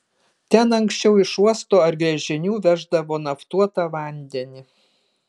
ten anksčiau iš uosto ar gręžinių veždavo naftuotą vandenį